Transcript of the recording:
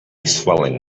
swelling